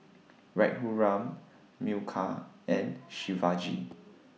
Raghuram Milkha and Shivaji